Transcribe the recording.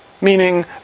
meaning